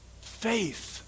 faith